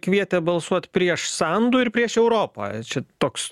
kvietė balsuot prieš sandu ir prieš europą čia toks